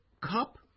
cup